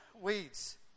weeds